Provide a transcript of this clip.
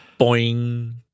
Boing